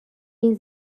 این